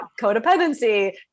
codependency